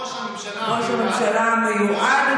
ראש הממשלה המיועד.